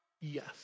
Yes